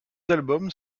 albums